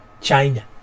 China